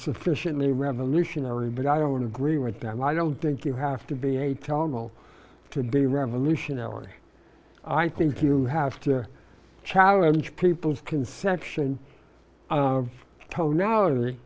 sufficiently revolutionary but i don't agree with them i don't think you have to be a tangle to be revolutionary i think you have to challenge people's conception of tonality